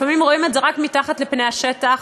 לפעמים רואים את זה רק מתחת לפני השטח,